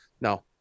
no